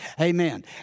Amen